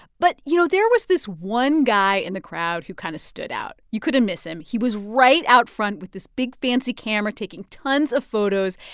but, you know, there was this one guy in the crowd who kind of stood out. you couldn't miss him. he was right out front with this big, fancy camera, taking tons of photos.